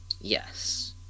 Yes